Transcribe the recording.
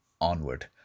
Onward